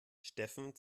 steffen